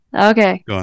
Okay